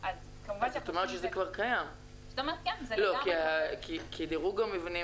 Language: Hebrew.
אז את אומרת שזה כבר קיים כי דירוג המבנים